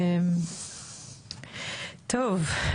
טוב,